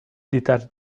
detach